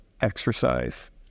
exercise